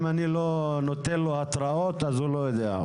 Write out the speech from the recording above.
אם אני לא נותן לו התרעות, אז הוא לא יודע.